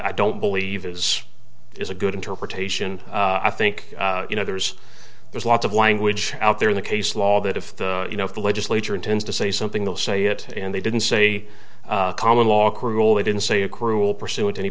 i don't believe is is a good interpretation i think you know there's there's lots of language out there in the case law that if you know if the legislature intends to say something they'll say it and they didn't say common law cruel they didn't say a cruel pursuit any